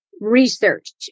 research